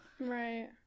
right